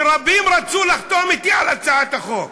ורבים רצו לחתום אתי על הצעת החוק,